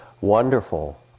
wonderful